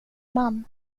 man